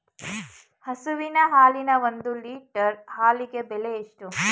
ಹಸುವಿನ ಹಾಲಿನ ಒಂದು ಲೀಟರ್ ಹಾಲಿನ ಬೆಲೆ ಎಷ್ಟು?